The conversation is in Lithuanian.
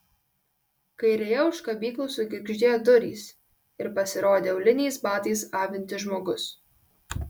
kairėje už kabyklų sugirgždėjo durys ir pasirodė auliniais batais avintis žmogus